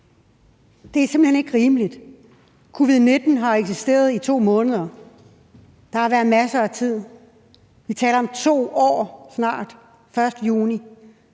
Det er simpelt hen ikke rimeligt. Covid-19 har eksisteret i 2 måneder. Der har været masser af tid. Vi taler om snart 2 år.